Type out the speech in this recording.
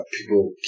people